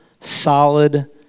solid